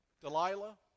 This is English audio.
Delilah